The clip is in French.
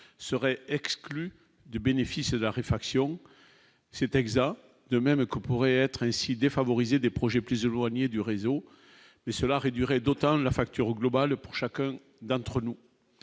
seraient exclus du bénéfice la réfraction c'est exa, de même que pourrait être ainsi favoriser des projets plus a nié du réseau mais cela réduirait d'autant la facture globale pour chacun d'entre nous